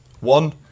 one